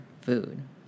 food